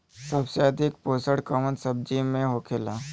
सबसे अधिक पोषण कवन सब्जी में होखेला?